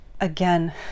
again